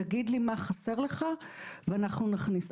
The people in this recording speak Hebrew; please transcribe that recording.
תגיד לי מה חסר לך ואנחנו נכניס.